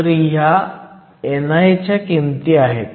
तर ह्या ni च्या किमती आहेत